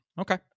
Okay